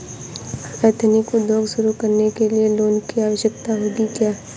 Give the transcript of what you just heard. Ethnic उद्योग शुरू करने लिए लोन की आवश्यकता होगी क्या?